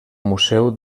museu